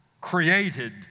created